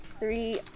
three